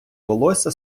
волосся